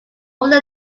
over